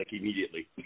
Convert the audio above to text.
immediately